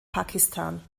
pakistan